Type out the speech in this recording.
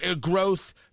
growth